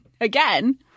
again